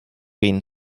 been